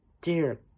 Dear